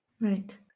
Right